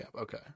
Okay